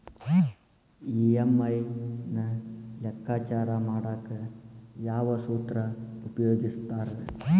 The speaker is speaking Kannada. ಇ.ಎಂ.ಐ ನ ಲೆಕ್ಕಾಚಾರ ಮಾಡಕ ಯಾವ್ ಸೂತ್ರ ಉಪಯೋಗಿಸ್ತಾರ